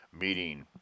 meeting